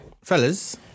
fellas